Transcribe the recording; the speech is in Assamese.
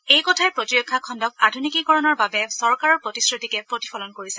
এই কথাই প্ৰতিৰক্ষা খণ্ডক আধুনিকীকৰণৰ বাবে চৰকাৰৰ প্ৰতিশ্ৰতিকে প্ৰতিফলন কৰিছে